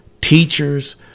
teachers